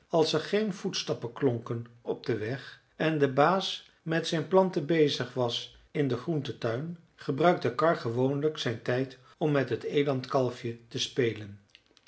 als er geen voetstappen klonken op den weg en de baas met zijn planten bezig was in den groentetuin gebruikte karr gewoonlijk zijn tijd om met het elandkalfje te spelen